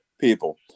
people